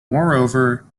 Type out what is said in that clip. moreover